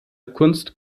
kunst